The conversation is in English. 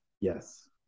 Yes